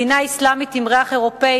מדינה אסלאמית עם ריח אירופי.